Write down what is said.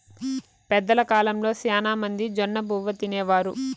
పెద్దల కాలంలో శ్యానా మంది జొన్నబువ్వ తినేవారు